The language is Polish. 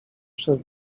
przez